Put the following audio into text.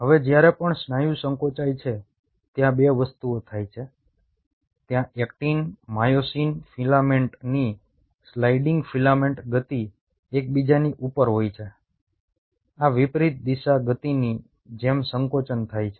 હવે જ્યારે પણ સ્નાયુ સંકોચાય છે ત્યાં 2 વસ્તુઓ થાય છે ત્યાં એક્ટિન માયોસિન ફિલામેન્ટની સ્લાઇડિંગ ફિલામેન્ટ ગતિ એકબીજાની ઉપર હોય છે આ વિપરીત દિશા ગતિની જેમ સંકોચન થાય છે